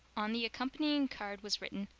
on the accompanying card was written,